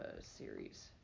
series